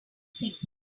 things